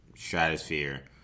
Stratosphere